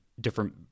different